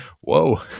Whoa